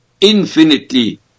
infinitely